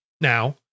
now